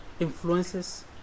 influences